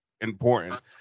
important